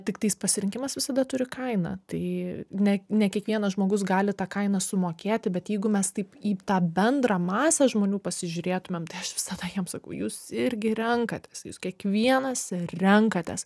tiktais pasirinkimas visada turi kainą tai ne ne kiekvienas žmogus gali tą kainą sumokėti bet jeigu mes taip į tą bendrą masę žmonių pasižiūrėtumėm tai aš visada jiems sakau jūs irgi renkatės jūs kiekvienas renkatės